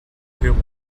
peru